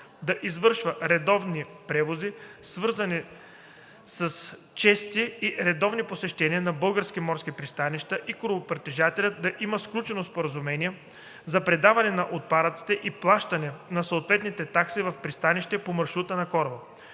да извършва редовни превози, свързани с чести и редовни посещения на български морски пристанища, и корабопритежателят да има сключено споразумение за предаване на отпадъците и плащане на съответните такси в пристанище по маршрута на кораба.